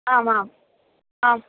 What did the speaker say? आम् आम् आम्